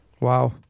Wow